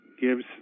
gives